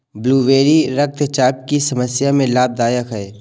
blueberry रक्तचाप की समस्या में लाभदायक है